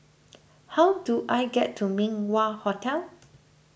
how do I get to Min Wah Hotel